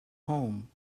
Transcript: home